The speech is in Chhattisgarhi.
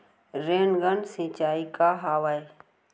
रेनगन सिंचाई का हवय?